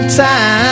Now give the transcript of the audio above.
time